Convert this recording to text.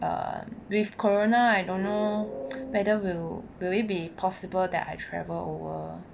um with corona I don't know better will will it be possible that I travel over